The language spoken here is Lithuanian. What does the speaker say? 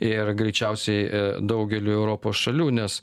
ir greičiausiai daugeliui europos šalių nes